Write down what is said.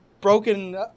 broken